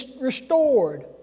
restored